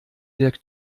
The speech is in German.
der